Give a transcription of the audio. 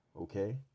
okay